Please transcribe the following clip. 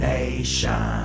Nation